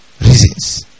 reasons